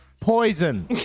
Poison